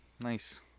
Nice